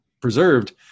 preserved